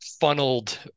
funneled